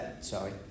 sorry